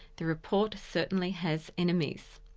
the report certainly has enemies.